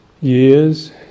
years